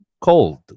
cold